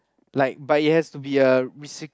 like but it has to be a reci~